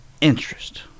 interest